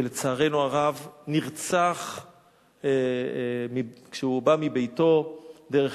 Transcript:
ולצערנו הרב הוא נרצח כשהוא בא מביתו דרך